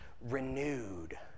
renewed